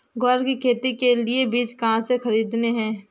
ग्वार की खेती के लिए बीज कहाँ से खरीदने हैं?